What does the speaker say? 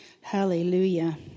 Hallelujah